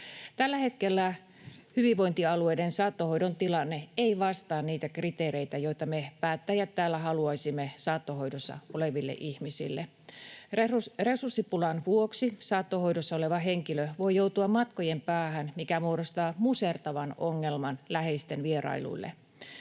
Tällä hetkellä hyvinvointialueiden saattohoidon tilanne ei vastaa niitä kriteereitä, joita me päättäjät täällä haluaisimme saattohoidossa oleville ihmisille. Resurssipulan vuoksi saattohoidossa oleva henkilö voi joutua matkojen päähän, mikä muodostaa musertavan ongelman läheisten vierailuille.